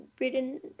written